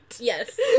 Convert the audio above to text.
Yes